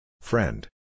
Friend